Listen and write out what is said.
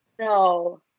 No